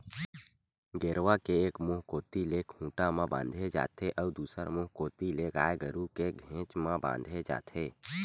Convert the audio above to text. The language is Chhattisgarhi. गेरवा के एक मुहूँ कोती ले खूंटा म बांधे जाथे अउ दूसर मुहूँ कोती ले गाय गरु के घेंच म बांधे जाथे